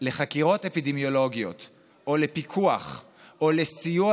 לחקירות אפידמיולוגיות או לפיקוח או לסיוע